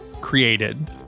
created